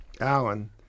Alan